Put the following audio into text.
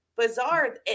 bizarre